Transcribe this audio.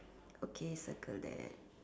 okay circle that